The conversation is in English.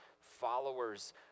followers